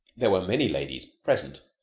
there were many ladies present,